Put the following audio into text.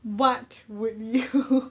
what would you